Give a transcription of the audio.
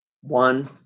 One